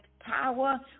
power